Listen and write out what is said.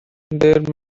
there